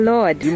Lord